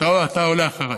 אתה עולה אחריי.